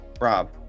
Rob